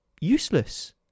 useless